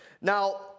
Now